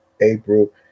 april